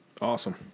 Awesome